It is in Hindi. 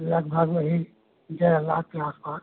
लगभग वही डेढ़ लाख के आस पास